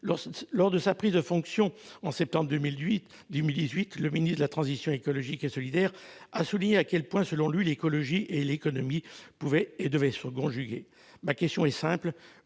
Lors de sa prise de fonctions, en septembre 2018, M. le ministre d'État, ministre de la transition écologique et solidaire a souligné à quel point, selon lui, l'écologie et l'économie pouvaient et devaient se conjuguer. Le Gouvernement est-il